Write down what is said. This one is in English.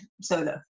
solo